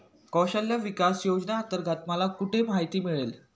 कौशल्य विकास योजनेअंतर्गत मला कुठे माहिती मिळेल?